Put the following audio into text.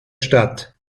stadt